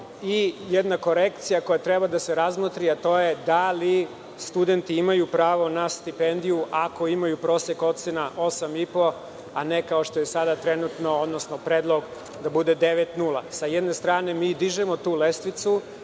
Jedna korekcija koja treba da se razmotri, a to je da li studenti imaju pravo na stipendiju ako imaju prosek ocena osam i po, a ne kao što je sada trenutno, odnosno predlog da bude 9,0? Sa jedne strane, mi dižemo tu lestvicu,